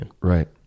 Right